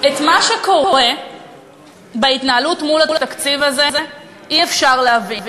את מה שקורה בהתנהלות מול התקציב הזה אי-אפשר להבין.